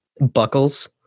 Buckles